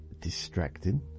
distracting